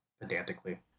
pedantically